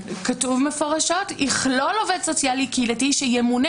כתוב מפורשות "יכלול עובד סוציאלי קהילתי שימונה".